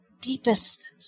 deepest